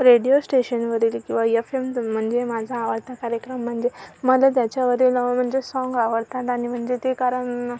radio स्टेशनवरील किंवा FM म्हणजे माझा आवडता कार्यक्रम म्हणजे मला त्याच्यावरील म्हणजे साँग आवडतात आणि म्हणजे ते कारण